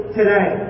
today